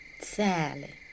Sally